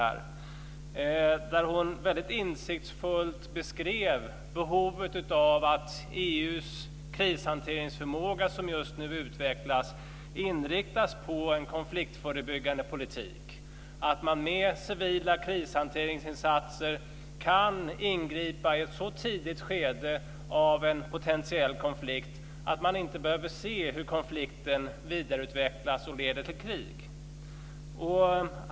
Där beskrev hon väldigt insiktsfullt behovet av att EU:s krishanteringsförmåga, som just nu utvecklas, inriktas på en konfliktförebyggande politik, att man med civila krishanteringsinsatser kan ingripa i ett så tidigt skede av en potentiell konflikt att man inte behöver se hur konflikten vidareutvecklas och leder till krig.